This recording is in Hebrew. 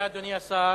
אני מודה לאדוני השר.